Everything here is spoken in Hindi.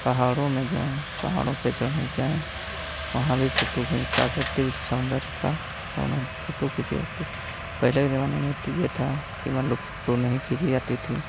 पहाड़ों में जाएँ पहाड़ों पे चढ़ें जाएँ वहाँ भी फ़ोटो है प्राकर्तिक सौन्दर्य की फ़ोटो खींची जाती पहले के ज़माने में तो यह था कि मान लो फ़ोटो नहीं खींची जाती थी